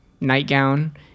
nightgown